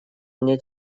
мне